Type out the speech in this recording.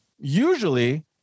usually